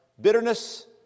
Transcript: bitterness